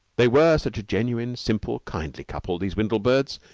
they were such a genuine, simple, kindly couple, these windlebirds,